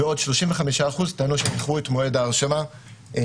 ועוד 35% טענו שהם איחרו את מועד ההרשמה ללימודים.